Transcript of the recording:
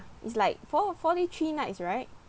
it's like four four day three nights right